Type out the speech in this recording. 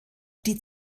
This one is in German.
die